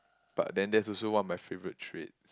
but then that's also one of my favourite traits